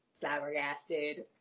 flabbergasted